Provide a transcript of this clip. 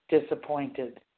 Disappointed